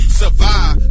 survive